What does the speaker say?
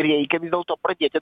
reikia vis dėlto pradėti